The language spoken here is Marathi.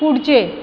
पुढचे